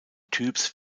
typs